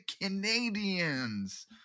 Canadians